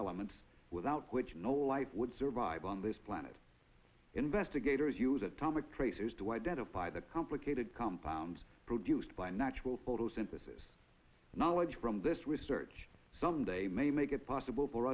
elements without which no life would survive on this planet investigators use atomic tracers to identify the complicated compounds produced by natural photosynthesis knowledge from this research some day may make it possible for